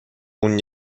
اون